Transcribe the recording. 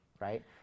Right